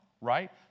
right